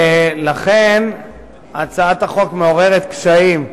ולכן הצעת החוק מעוררת קשיים,